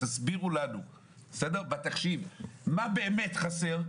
תסבירו לנו בתחשיב מה באמת חסר,